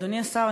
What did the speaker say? אדוני השר,